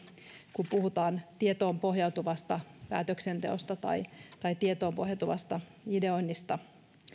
kun puhutaan tietoon pohjautuvasta päätöksenteosta tai tai tietoon pohjautuvasta ideoinnista